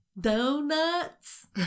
Donuts